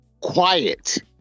quiet